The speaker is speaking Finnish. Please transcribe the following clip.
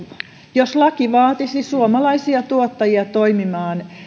jos laki vaatisi suomalaisia tuottajia toimimaan